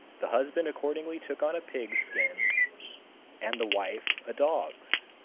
the husband accordingly took on a pig's skin and the wife a dog's.